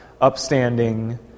upstanding